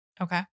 Okay